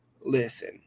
listen